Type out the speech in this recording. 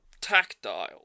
tactile